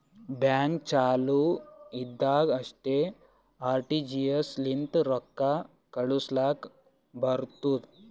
bank ಚಾಲು ಇದ್ದಾಗ್ ಅಷ್ಟೇ ಆರ್.ಟಿ.ಜಿ.ಎಸ್ ಲಿಂತ ರೊಕ್ಕಾ ಕಳುಸ್ಲಾಕ್ ಬರ್ತುದ್